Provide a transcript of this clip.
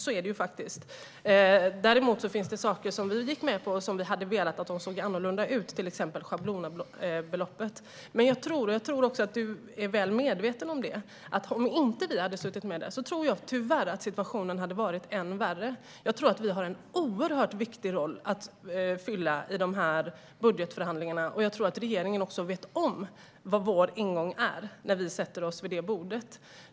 Däremot gick vi med på en del saker där vi hade velat att det såg annorlunda ut, till exempel schablonbeloppet. Men jag tror att du är väl medveten om att situationen tyvärr hade varit än värre om vi inte hade suttit med. Jag tror att vi har en oerhört viktig roll att fylla i dessa budgetförhandlingar, och jag tror att regeringen också vet vad vår ingång är när vi sätter oss vid det bordet.